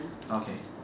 okay